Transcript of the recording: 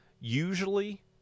usually